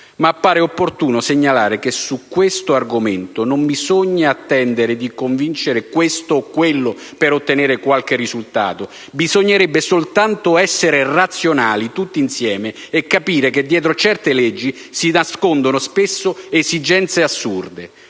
ma appare opportuno segnalare che su questo argomento non bisogna attendere di convincere questo o quello per ottenere qualche risultato: bisognerebbe soltanto essere razionali tutti insieme e capire che, dietro certe leggi, si nascondono spesso esigenze assurde.